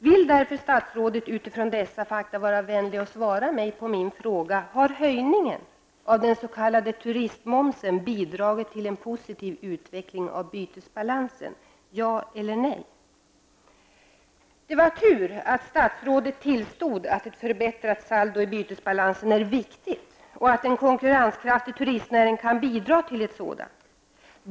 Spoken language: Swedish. Vill därför statsrådet utifrån dessa fakta vara vänlig och svara mig på min fråga: Har höjningen av den s.k. turistmomsen bidragit till en positiv utveckling av bytesbalansen -- ja eller nej? Det var tur att statsrådet tillstod att ett förbättrat saldo i bytesbalansen är viktigt och att en konkurrenskraftig turistnäring kan bidra till ett sådant.